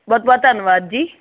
ਬਹੁਤ ਬਹੁਤ ਧੰਨਵਾਦ ਜੀ